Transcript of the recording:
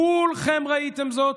כולכם ראיתם זאת,